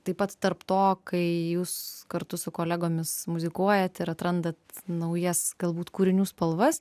taip pat tarp to kai jūs kartu su kolegomis muzikuojat ir atrandat naujas galbūt kūrinių spalvas